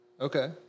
Okay